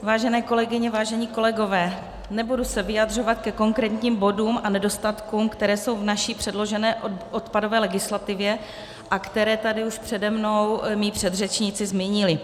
Vážené kolegyně, vážení kolegové, nebudu se vyjadřovat ke konkrétním bodům a nedostatkům, které jsou v naší předložené odpadové legislativě a které tady přede mnou moji předřečníci zmínili.